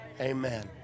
Amen